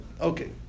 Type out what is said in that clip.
Okay